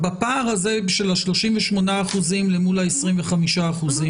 בפער הזה של ה-38 אחוזים אל מול ה-25 אחוזים,